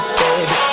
baby